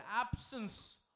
absence